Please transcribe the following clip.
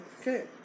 Okay